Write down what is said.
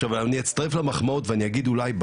עכשיו אני אצטרף למחמאות ואני אגיד אולי,